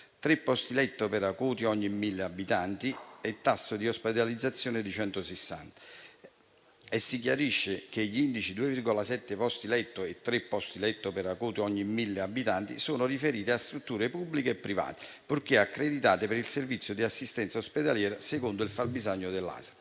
posti letto per acuti ogni 1.000 abitanti e tasso di ospedalizzazione di 160). Si chiarisce poi che gli indici che recano 2,7 posti letto e 3 posti letto per acuto ogni 1.000 abitanti sono riferiti a strutture pubbliche e private, purché accreditate per il servizio di assistenza ospedaliera secondo il fabbisogno dell'ASL.